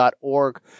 org